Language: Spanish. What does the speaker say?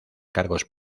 cargos